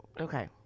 Okay